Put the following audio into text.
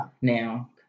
now